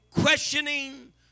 questioning